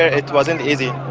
it wasn't easy,